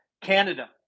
Canada